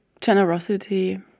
generosity